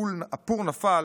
הפור נפל